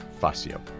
Fazio